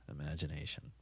imagination